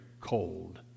cold